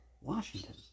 Washington